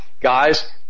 guys